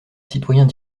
citoyens